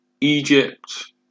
Egypt